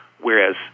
whereas